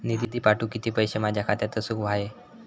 निधी पाठवुक किती पैशे माझ्या खात्यात असुक व्हाये?